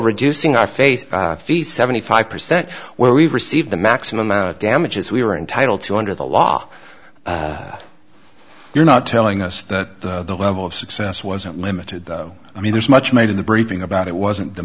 reducing our face fees seventy five percent where we received the maximum amount of damages we were entitled to under the law you're not telling us that the level of success wasn't limited i mean there's much made in the briefing about it wasn't the